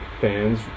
fans